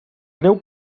greu